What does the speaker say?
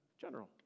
General